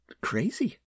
crazy